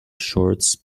shorts